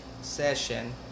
session